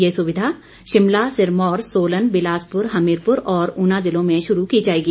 यह सुविधा शिमला सिरमौर सोलन बिलासपुर हमीरपुर और ऊना जिलों में शुरू की जाएगी